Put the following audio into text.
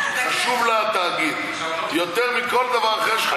חשוב לה התאגיד יותר מכל דבר אחר שחשוב במדינת ישראל,